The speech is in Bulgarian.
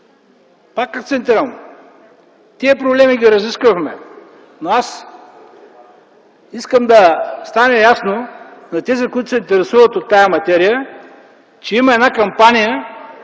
Пак акцентирам, тези проблеми ги разисквахме, но аз искам да стане ясно на тези, които се интересуват от тази материя, че има кампания